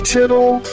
Tittle